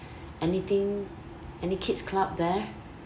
anything any kids club there